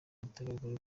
mutegarugori